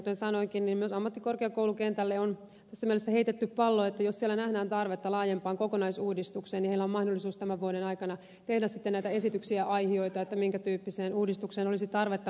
kuten sanoinkin myös ammattikorkeakoulukentälle on tässä mielessä heitetty pallo että jos siellä nähdään tarvetta laajempaan kokonaisuudistukseen niin on mahdollisuus tämän vuoden aikana tehdä sitten näitä esityksiä aihioita minkä tyyppiseen uudistukseen olisi tarvetta